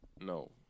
No